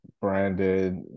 Branded